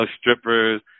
strippers